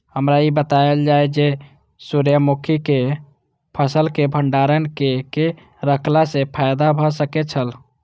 हमरा ई बतायल जाए जे सूर्य मुखी केय फसल केय भंडारण केय के रखला सं फायदा भ सकेय छल?